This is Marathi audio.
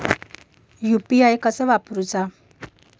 यू.पी.आय कसा वापरूचा?